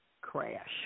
Crash